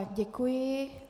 Děkuji.